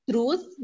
Truth